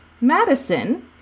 Madison